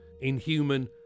Inhuman